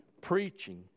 preaching